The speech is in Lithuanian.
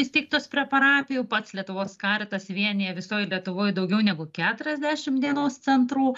įsteigtus prie parapijų pats lietuvos karitas vienija visoj lietuvoj daugiau negu keturiasdešim dienos centrų